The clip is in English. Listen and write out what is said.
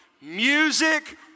music